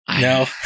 No